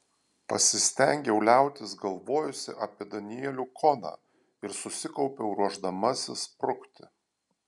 pasistengiau liautis galvojusi apie danielių koną ir susikaupiau ruošdamasi sprukti